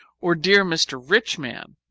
or dear mr. rich-man,